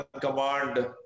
Command